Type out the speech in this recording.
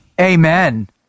Amen